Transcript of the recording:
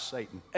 Satan